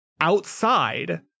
outside